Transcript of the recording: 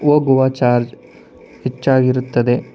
ಹೋಗುವ ಚಾರ್ಜ್ ಹೆಚ್ಚಾಗಿರುತ್ತದೆ